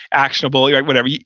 actionable, right? whatever. yeah